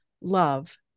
love